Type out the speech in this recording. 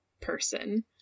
person